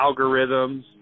algorithms